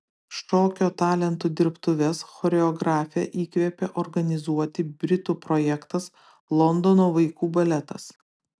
šokio talentų dirbtuves choreografę įkvėpė organizuoti britų projektas londono vaikų baletas